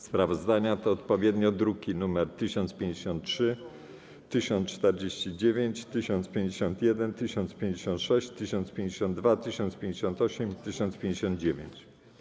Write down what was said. Sprawozdania to odpowiednio druki nr 1053, 1049, 1051, 1056, 1052, 1058 i 1059.